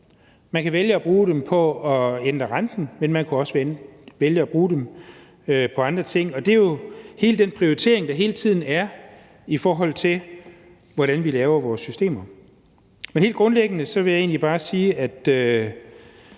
Man kan vælge at bruge dem på at ændre renten, men man kan også vælge at bruge dem på andre ting, og det er jo hele den prioritering, der hele tiden er, i forhold til hvordan vi laver vores systemer. Men helt grundlæggende vil jeg egentlig